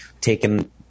taken